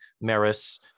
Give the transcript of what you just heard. maris